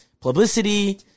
Publicity